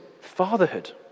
fatherhood